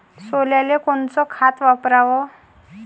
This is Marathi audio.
सोल्याले कोनचं खत वापराव?